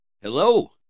Hello